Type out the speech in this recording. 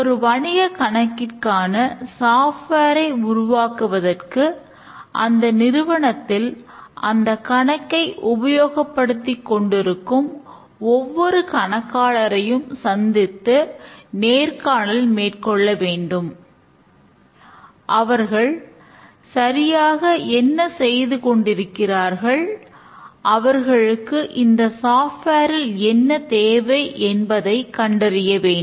ஒரு வணிக கணக்கிற்கான சாஃப்ட்வேரை என்ன தேவை என்பதைக் கண்டறிய வேண்டும்